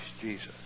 Jesus